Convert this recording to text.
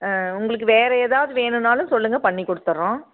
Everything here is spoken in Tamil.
ஆ உங்களுக்கு வேறு எதாவது வேணுன்னாலும் சொல்லுங்கள் பண்ணிக் கொடுத்தட்றோம்